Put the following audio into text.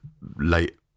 late